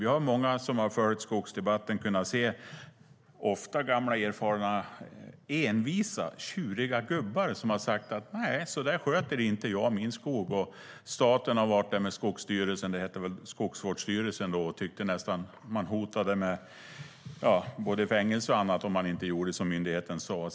Många av oss som har följt skogsdebatten har kunnat se gamla, erfarna, envisa och tjuriga gubbar som har sagt: Nej, så där sköter inte jag min skog. Staten har varit där med Skogsstyrelsen, som väl hette Skogsvårdsstyrelsen förr, och nästan hotat med både fängelse och annat om de inte gjorde som myndigheten sade.